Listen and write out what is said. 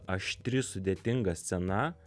aštri sudėtinga scena